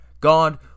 God